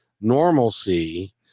normalcy